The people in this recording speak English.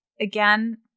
again